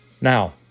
Now